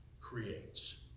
creates